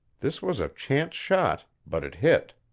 this was a chance shot, but it hit.